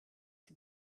sie